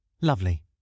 Lovely